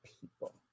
people